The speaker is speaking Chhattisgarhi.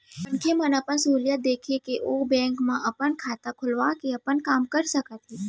मनखे मन अपन सहूलियत देख के ओ बेंक मन म अपन खाता खोलवा के अपन काम कर सकत हें